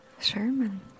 Sherman